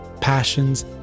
passions